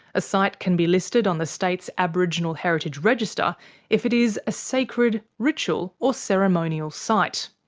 a site can be listed on the state's aboriginal heritage register if it is a sacred, ritual or ceremonial site.